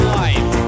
life